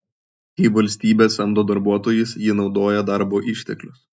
kai valstybė samdo darbuotojus ji naudoja darbo išteklius